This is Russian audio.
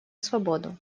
свободу